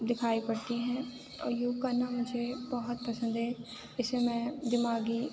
دکھائی پڑتی ہیں اور یوگ کرنا مجھے بہت پسند ہے اِس سے میں دماغی